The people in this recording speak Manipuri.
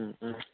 ꯎꯝ ꯎꯝ